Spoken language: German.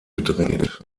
gedreht